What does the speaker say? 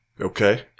Okay